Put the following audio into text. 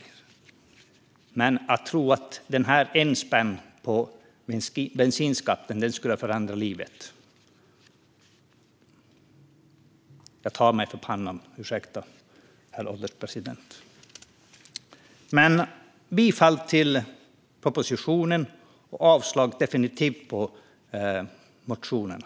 När det gäller tron att 1 spänn i sänkt bensinskatt skulle förändra livet tar jag mig för pannan - ursäkta, herr ålderspresident. Jag yrkar bifall till propositionen och definitivt avslag på motionerna.